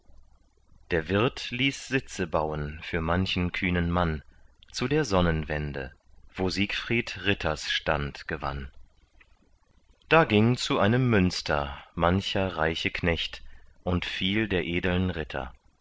der wirt ließ sitze bauen für manchen kühnen mann zu der sonnenwende wo siegfried ritters stand gewann da ging zu einem münster mancher reiche knecht und viel der edeln ritter